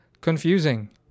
confusing